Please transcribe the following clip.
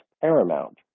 Paramount